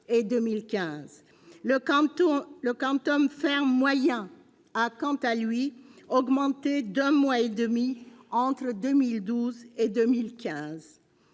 Le quantum ferme moyen a, quant à lui, augmenté d'un mois et demi entre 2012 et 2015-